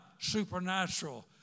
supernatural